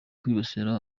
kwibasira